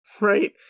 Right